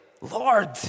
Lord